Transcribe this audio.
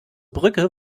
brücke